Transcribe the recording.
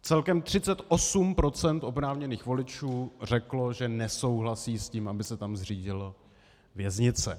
Celkem 38 % oprávněných voličů řeklo, že nesouhlasí s tím, aby se tam zřídila věznice.